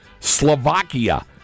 Slovakia